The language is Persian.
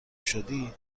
شدی